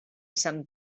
sant